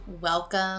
Welcome